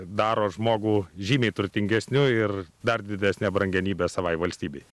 daro žmogų žymiai turtingesniu ir dar didesne brangenybe savai valstybei